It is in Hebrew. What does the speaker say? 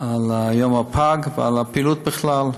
ליום הפג, ועל הפעילות בכלל.